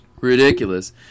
Ridiculous